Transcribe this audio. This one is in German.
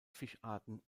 fischarten